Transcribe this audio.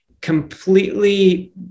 completely